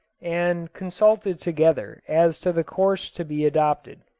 and consulted together as to the course to be adopted.